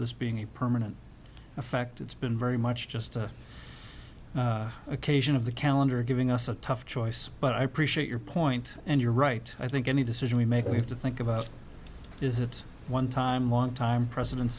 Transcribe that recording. this being a permanent effect it's been very much just a occasion of the calendar giving us a tough choice but i appreciate your point and you're right i think any decision we make we have to think about is it one time one time president